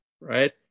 right